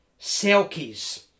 Selkies